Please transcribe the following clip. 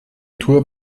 tour